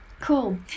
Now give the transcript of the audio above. cool